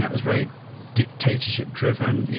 ah it's very dictatorship driven,